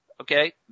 Okay